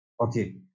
Okay